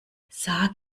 sag